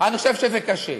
אני חושב שזה קשה.